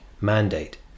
mandate